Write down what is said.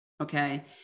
okay